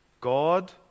God